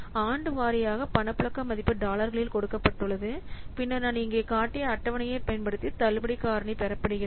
ஆண்டு வாரியாக பணப்புழக்க மதிப்பு டாலர்களில் கொடுக்கப்பட்டுள்ளது பின்னர் நான் இங்கே காட்டிய அட்டவணையைப் பயன்படுத்தி தள்ளுபடி காரணி பெறப்படுகிறது